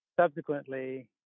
subsequently